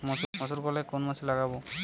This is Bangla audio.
মুসুরকলাই কোন মাসে লাগাব?